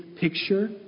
picture